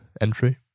entry